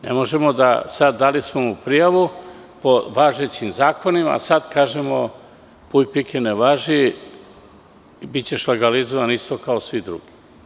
Ne možemo sada- dali smo mu prijavu po važećim zakonima, a sad kažemo: „Puj pike ne važi, bićeš legalizovan isto kao i svi drugi“